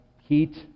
Heat